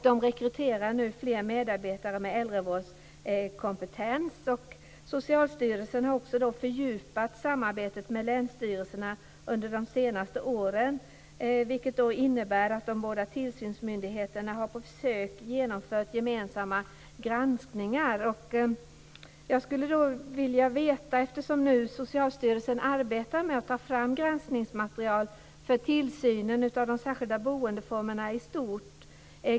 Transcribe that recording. De rekryterar nu fler medarbetare med äldrevårdskompetens. Socialstyrelsen har också under de senaste åren fördjupat samarbetet med länsstyrelserna, vilket innebär att de båda tillsynsmyndigheterna på försök har genomfört gemensamma granskningar. Socialstyrelsen arbetar ju med att ta fram granskningsmaterial för tillsynen av de särskilda boendeformerna i stort.